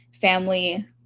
family